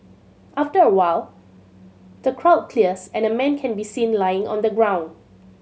after a while the crowd clears and a man can be seen lying on the ground